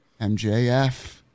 MJF